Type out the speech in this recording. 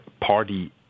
party